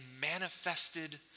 manifested